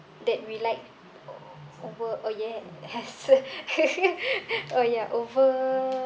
that we like over oh yeah as a oh ya over